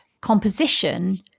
composition